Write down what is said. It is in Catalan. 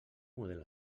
model